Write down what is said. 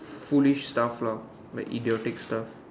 foolish stuff lah like idiotic stuff